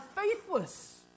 faithless